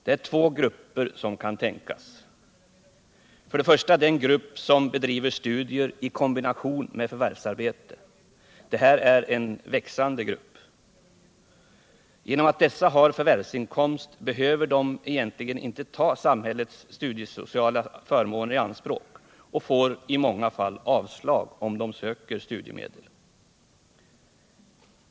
Det är två grupper som kan tänkas. För det första den grupp som bedriver studier i kombination med 95 förvärvsarbete. Det är en växande grupp. Genom att dessa personer har förvärvsinkomst behöver de egentligen inte ta samhällets studiesociala förmåner i anspråk och får i många fall avslag, om de söker studiemedel.